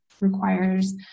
requires